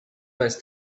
must